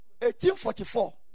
1844